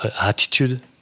attitude